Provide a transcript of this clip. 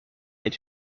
est